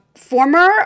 Former